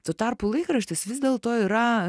tuo tarpu laikraštis vis dėlto yra